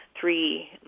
three